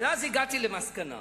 ואז הגעתי למסקנה,